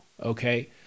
okay